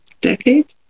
decade